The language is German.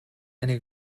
eine